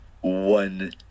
one